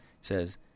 says